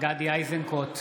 גדי איזנקוט,